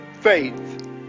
faith